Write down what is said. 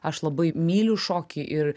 aš labai myliu šokį ir